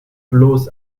bloß